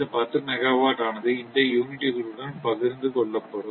இந்த 10 megawatt ஆனது இந்த யூனிட்டுகளுடன் பகிர்ந்து கொள்ளப்படும்